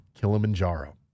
Kilimanjaro